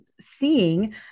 seeing